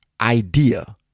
idea